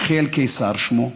יחיאל קיסר שמו,